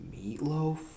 meatloaf